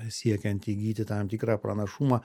siekiant įgyti tam tikrą pranašumą